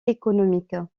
économiques